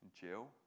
Jill